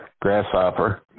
Grasshopper